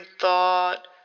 thought